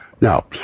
Now